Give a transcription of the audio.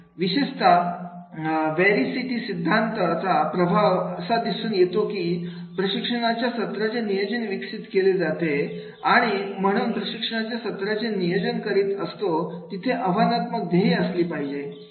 विशेषतः व्हेरी सिटी सिद्धांताचा प्रभाव असा दिसून येतो की प्रशिक्षणाच्या सत्रांचे नियोजन विकसित केली जाते आणि म्हणून प्रशिक्षणाच्या सत्रांचे नियोजन करीत असतो तिथे आव्हानात्मक ध्येय असली पाहिजे